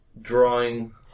Drawing